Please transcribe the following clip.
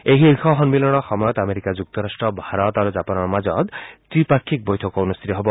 এই শীৰ্ষ সন্মিলনৰ সময়ত আমেৰিকা যুক্তৰাট্ট ভাৰত আৰু জাপানৰ মাজত ত্ৰিপাক্ষিক বৈঠকো অনুষ্ঠিত হ'ব